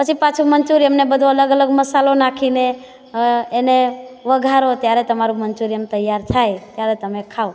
પછી પાછું મનચ્યુરિયન ને બધું અલગ અલગ મસાલો નાખીને એને વઘારો ત્યારે તમારું મનચ્યુરિયન તૈયાર થાય ત્યારે તમે ખાવ